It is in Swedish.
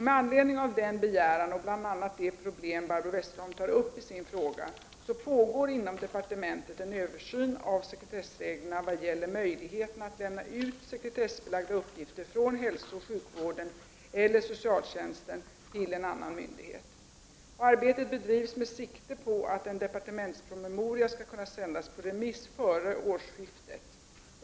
Med anledning av denna begäran och bl.a. det problem Barbro Westerholm tar upp i sin fråga pågår inom departementet en översyn av sekretessreglerna vad gäller möjligheterna att lämna ut sekretessbelagda uppgifter från hälsooch sjukvården eller socialtjänsten till en annan myndighet. Arbetet bedrivs med sikte på att en departementspromemoria skall kunna sändas på remiss före årsskiftet.